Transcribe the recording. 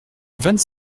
vingt